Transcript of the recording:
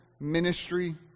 ministry